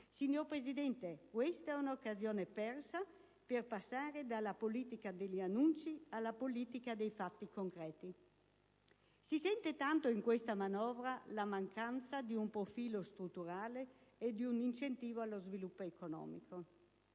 Signor Presidente, questa è un'occasione persa per passare dalla politica degli annunci alla politica dei fatti concreti. Si sente tanto in questa manovra la mancanza di un profilo strutturale e di un incentivo allo sviluppo economico.